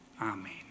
Amen